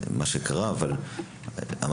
אבל הוא משאיר משפחה מאחוריו שחוותה אסון.